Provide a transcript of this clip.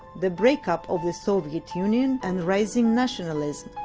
the breakup of the soviet union and rising nationalism.